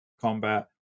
combat